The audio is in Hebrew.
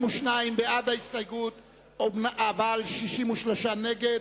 42 בעד ההסתייגות, 63 נגד.